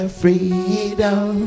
freedom